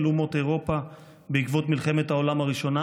אומות אירופה בעקבות מלחמת העולם הראשונה,